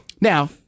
Now